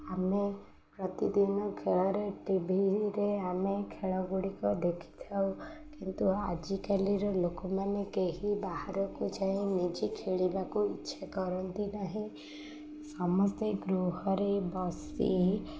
ଆମେ ପ୍ରତିଦିନ ଖେଳରେ ଟିଭିରେ ଆମେ ଖେଳଗୁଡ଼ିକ ଦେଖିଥାଉ କିନ୍ତୁ ଆଜିକାଲିର ଲୋକମାନେ କେହି ବାହାରକୁ ଯାଇ ନିଜେ ଖେଳିବାକୁ ଇଚ୍ଛା କରନ୍ତି ନାହିଁ ସମସ୍ତେ ଗୃହରେ ବସି